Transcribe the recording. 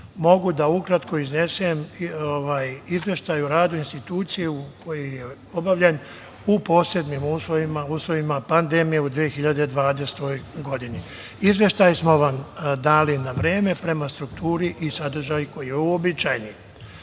mogu da ukratko iznesem Izveštaj o radu institucije koji je obavljen u posebnim uslovima, u uslovima pandemije u 2020. godini. Izveštaj smo vam dali na vreme, prema strukturi i sadržaj koji je običajni. Najpre